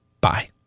bye